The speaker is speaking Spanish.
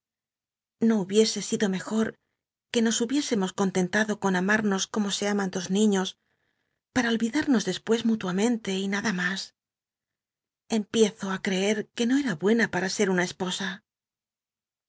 no hubiese sido mejor que nos hubiésemos contentado con amarnos como se aman dos niños para oll'idarnos despues mútnamcnte y nada mas empiezo creer que no era buena para ser una esposa